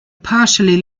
partially